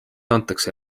antakse